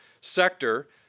sector